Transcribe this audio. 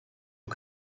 aux